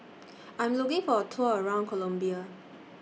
I'm looking For A Tour around Colombia